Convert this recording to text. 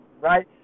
Right